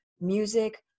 music